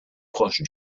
proche